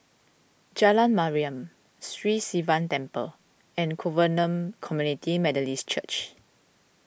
Jalan Mariam Sri Sivan Temple and Covenant Community Methodist Church